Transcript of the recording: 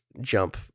jump